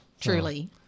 Truly